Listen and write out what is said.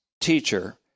teacher